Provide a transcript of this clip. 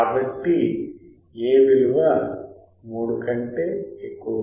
కాబట్టి f 31